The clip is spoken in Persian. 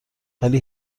ولی